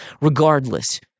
Regardless